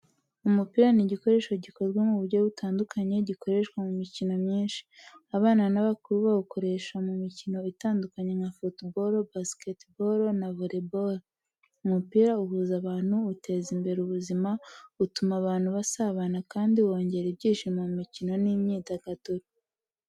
Umupira ni igikoresho gikozwe mu buryo butandukanye gukoreshwa mu mikino myinshi. Abana n’abakuru bawukoresha mu mikino itandukanye nka football, basketball cyangwa volleyball. Umupira uhuza abantu, uteza imbere ubuzima, utuma abantu basabana kandi wongera ibyishimo mu mikino n’imyidagaduro.